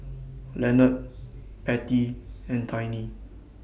Lenord Pattie and Tiny